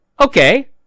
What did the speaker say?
Okay